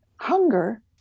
hunger